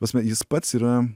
prasme jis pats yra